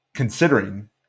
considering